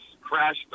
crashed